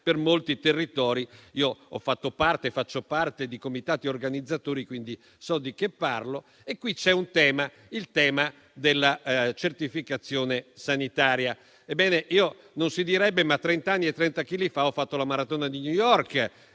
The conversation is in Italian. per molti territori. Ho fatto e faccio parte di comitati organizzatori, quindi so di che parlo. A questo riguardo, si pone il tema della certificazione sanitaria. Ebbene, non si direbbe, ma trent'anni e 30 chili fa ho fatto la maratona di New York